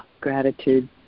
gratitude